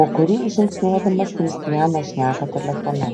po kurį žingsniuodamas kristianas šneka telefonu